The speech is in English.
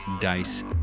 dice